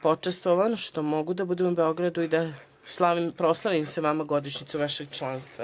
Počastvovan sam što mogu da budem u Beogradu i da proslavim sa vama godišnjicu vašeg članstva.